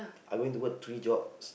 I went to work three jobs